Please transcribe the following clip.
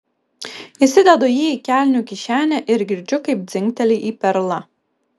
įsidedu jį į kelnių kišenę ir girdžiu kaip dzingteli į perlą